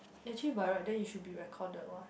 actually by right then it should be recorded [what]